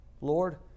Lord